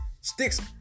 sticks